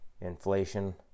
inflation